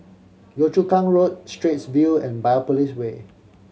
Yio Chu Kang Road Straits View and Biopolis Way